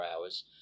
hours